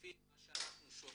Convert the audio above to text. לפי מה שאנחנו שומעים,